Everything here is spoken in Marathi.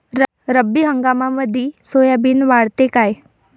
रब्बी हंगामामंदी सोयाबीन वाढते काय?